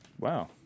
wow